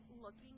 looking